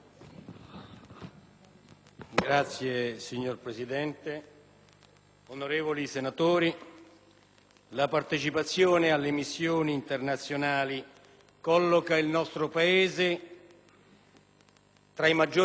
la partecipazione alle missioni internazionali colloca il nostro Paese tra i maggiori contributori di forze che operano nei teatri operativi di quattro continenti diversi.